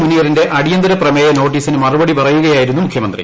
മുനീറിന്റെ അടിയന്തര പ്രമേയ നോട്ടീസിനു മറുപടി പറയുകയായിരുന്നു മുഖ്യമന്ത്രി